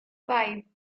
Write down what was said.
five